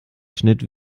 schnitt